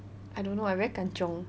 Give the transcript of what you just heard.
I don't know eh I very kanchiong